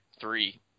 three